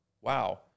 wow